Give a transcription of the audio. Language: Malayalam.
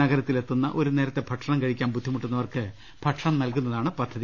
നഗരത്തിൽ എത്തുന്ന ഒരു നേരത്തെ ഭക്ഷണം കഴിക്കാൻ ബുദ്ധിമുട്ടുന്നവർക്ക് ഭക്ഷണം നൽകുന്നതാണ് പദ്ധതി